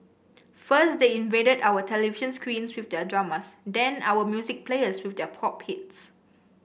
first they invaded our television screens with their dramas then our music players with their pop hits